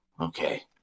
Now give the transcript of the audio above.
okay